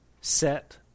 set